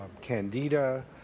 candida